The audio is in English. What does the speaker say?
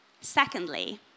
Secondly